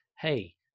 hey